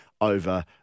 over